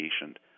patient